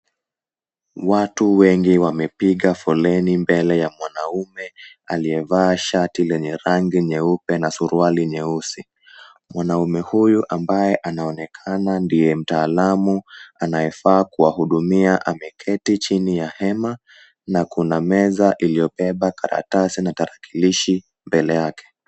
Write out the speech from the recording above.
Watu wengi wamepiga foleni mbele ya mwanaume aliyevaa shati lenye rangi nyeupe na suruali nyeusi. Mwanaume huyu ambaye anaonekana ndiye mtaalamu anayefaa kuwahudumia ameketi chini ya hema na kuna meza iliyobeba karatasi na tarakilishi mbele yake.